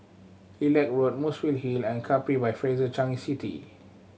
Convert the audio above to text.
Lilac Road Muswell Hill and Capri by Fraser Changi City